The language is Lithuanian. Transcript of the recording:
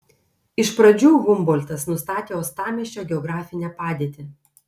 iš pradžių humboltas nustatė uostamiesčio geografinę padėtį